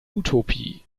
utopie